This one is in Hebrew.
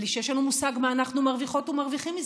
בלי שיש לנו מושג מה אנחנו מרוויחות ומרוויחים מזה?